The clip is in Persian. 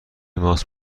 ماست